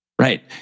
Right